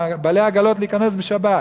בעלי עגלות, להיכנס בשבת.